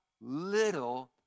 little